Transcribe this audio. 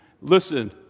Listen